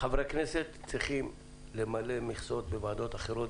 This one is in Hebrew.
חברי הכנסת צריכים למלא מכסות בוועדות אחרות,